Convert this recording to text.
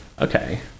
Okay